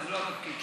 זה לא התפקיד שלך,